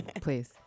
please